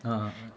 a'ah